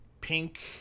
pink